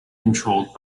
controlled